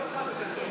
לימדתי אותך וזה טוב.